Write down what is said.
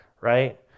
right